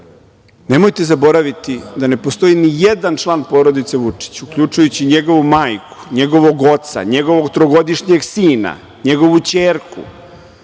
Nemojte zaboraviti da ne postoji ni jedan član porodice Vučić, uključujući njegovu majku, njegovog oca, njegovog trogodišnjeg sina, njegovu ćerku,